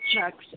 checks